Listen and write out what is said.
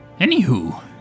Anywho